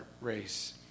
race